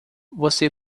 você